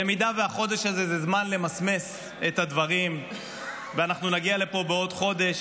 במידה והחודש הזה הוא זמן למסמס את הדברים ואנחנו נגיע לפה בעוד חודש,